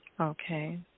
Okay